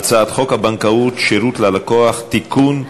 הצעת חוק השיפוט הצבאי (תיקון,